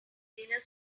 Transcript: dinner